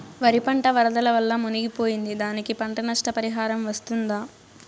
వరి పంట వరదల వల్ల మునిగి పోయింది, దానికి పంట నష్ట పరిహారం వస్తుందా?